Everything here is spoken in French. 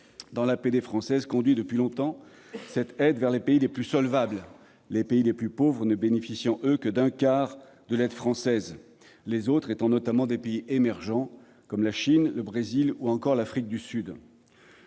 faiblesse des dons conduit depuis longtemps l'APD française vers les pays les plus solvables ; les pays les plus pauvres ne bénéficient, eux, que d'un quart de l'aide française, les autres étant notamment des pays émergents, comme la Chine, le Brésil ou encore l'Afrique du Sud.